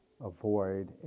Avoid